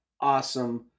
awesome